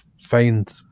find